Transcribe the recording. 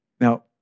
Now